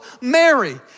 Mary